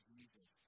Jesus